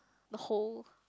the hole